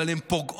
אבל הן פוגעות,